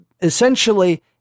essentially